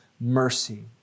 mercy